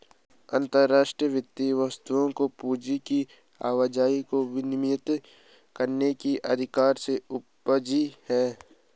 अंतर्राष्ट्रीय वित्त वस्तुओं और पूंजी की आवाजाही को विनियमित करने के अधिकार से उपजी हैं